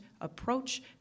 approach